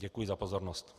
Děkuji za pozornost.